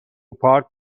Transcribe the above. پارک